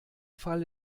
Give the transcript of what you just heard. fall